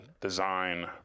design